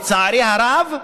לצערי הרב,